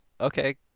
Okay